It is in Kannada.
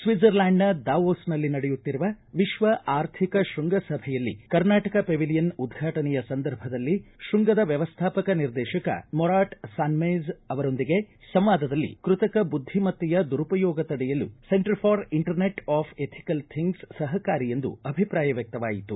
ಸ್ವಿಟ್ಟರ್ಲ್ಯಾಂಡ್ನ ದಾವೊಸ್ ನಲ್ಲಿ ನಡೆಯುತ್ತಿರುವ ವಿಶ್ವ ಆರ್ಥಿಕ ಶೃಂಗ ಸಭೆಯಲ್ಲಿ ಕರ್ನಾಟಕ ಪೆವಿಲಿಯನ್ ಉದ್ಘಾಟನೆಯ ಸಂದರ್ಭದಲ್ಲಿ ತೃಂಗದ ಮ್ಯವಸ್ಥಾಪಕ ನಿರ್ದೇತಕ ಮೊರಾಟ್ ಸಾನ್ವೆಝ್ ವರೊಂದಿಗಿನ ಸಂವಾದದಲ್ಲಿ ಕೃತಕ ಬುದ್ದಿಮತ್ತೆಯ ದುರುಪಯೋಗ ತಡೆಯಲು centre for internet of ethical things ಸಹಕಾರಿ ಎಂದು ಅಭಿಪ್ರಾಯ ವ್ಯಕ್ತವಾಯಿತು